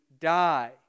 die